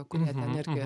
kurie ten irgi